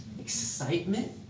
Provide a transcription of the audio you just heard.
excitement